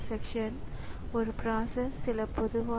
கீபோர்டில் பயனாளர் சில கீகளை அழுத்துகிறார்